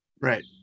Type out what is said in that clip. right